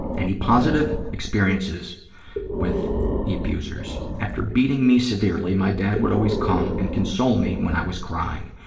any positive experiences with the abusers? after beating me severely, my dad would always come and console me when i was crying.